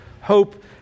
Hope